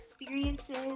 experiences